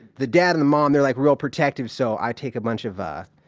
the dad and the mom, they're like real protective. so i take a bunch of, ah,